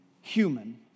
human